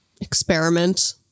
experiment